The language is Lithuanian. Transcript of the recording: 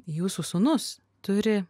jūsų sūnus turi